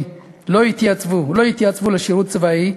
לא התייצבו או לא יתייצבו לשירות צבאי,